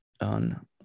on